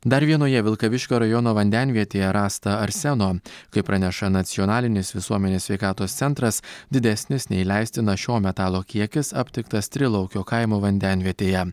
dar vienoje vilkaviškio rajono vandenvietėje rasta arseno kaip praneša nacionalinis visuomenės sveikatos centras didesnis nei leistina šio metalo kiekis aptiktas trilaukio kaimo vandenvietėje